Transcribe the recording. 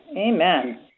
Amen